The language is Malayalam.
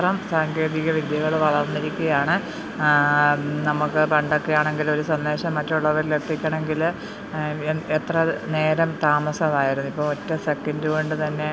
സാങ്കേതികവിദ്യകൾ വളർന്നിരിക്കുകയാണ് നമ്മൾക്ക് പണ്ടൊക്കെയാണെങ്കിലൊരു സന്ദേശം മറ്റുള്ളവരിൽ എത്തിക്കണമെങ്കിൽ എത്രനേരം താമസമായിരുന്നു ഇപ്പോൾ ഒറ്റ സെക്കൻറ്റ് കൊണ്ട് തന്നെ